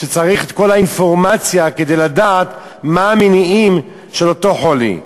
שצריך את כל האינפורמציה כדי לדעת מה המניעים של אותו חולי.